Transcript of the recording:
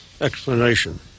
explanation